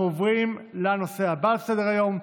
אנחנו עוברים לנושא הבא על סדר-היום,